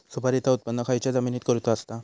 सुपारीचा उत्त्पन खयच्या जमिनीत करूचा असता?